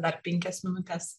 dar penkias minutes